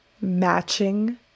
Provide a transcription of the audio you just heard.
matching